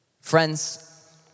Friends